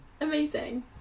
amazing